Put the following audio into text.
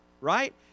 right